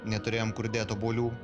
neturėjom kur dėt obuolių